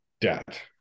debt